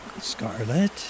Scarlet